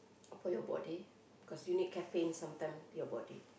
for your body cause you need caffeine sometime your body